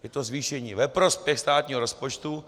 Je to zvýšení ve prospěch státního rozpočtu.